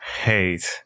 hate